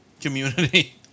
community